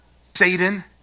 Satan